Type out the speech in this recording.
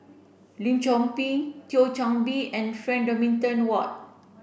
Lim Chor Pee Thio Chan Bee and Frank Dorrington Ward